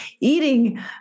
eating